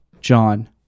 John